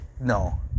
no